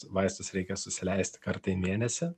vaistus reikia susileisti kartą į mėnesį